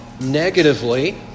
negatively